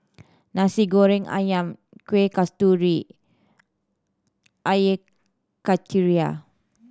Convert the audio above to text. Nasi Goreng Ayam Kueh Kasturi Air Karthira